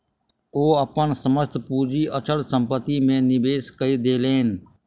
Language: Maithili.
ओ अपन समस्त पूंजी अचल संपत्ति में निवेश कय देलैन